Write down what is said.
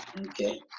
Okay